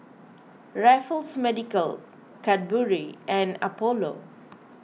Raffles Medical Cadbury and Apollo